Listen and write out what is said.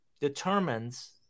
determines